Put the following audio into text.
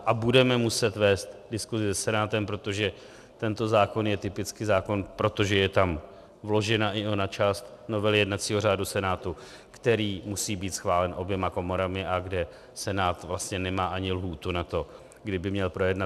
A budeme muset vést diskusi se Senátem, protože tento zákon je typicky zákon, protože je tam vložena i ona část novely jednacího řádu Senátu, který musí být schválen oběma komorami a kde Senát vlastně nemá ani lhůtu na to, kdy by měl projednat.